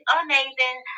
amazing